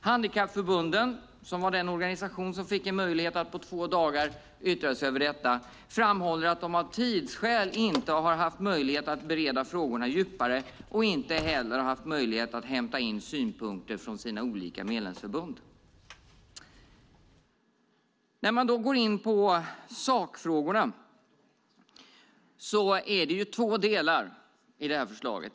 Handikappförbunden, som var den organisation som fick en möjlighet att på två dagar yttra sig, framhåller att de av tidsskäl inte har haft möjlighet att bereda frågorna djupare och inte heller haft möjlighet att hämta in synpunkter från sina olika medlemsförbund. I sakfrågan är det två delar i förslaget.